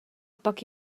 pak